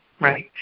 Right